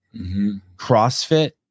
crossfit